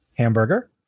hamburger